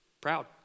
proud